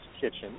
Kitchen